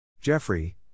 Jeffrey